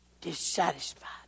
dissatisfied